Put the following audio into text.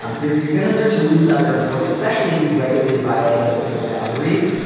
um you're you're going to start to lose other employees, especially if you regularly violates other people's boundaries.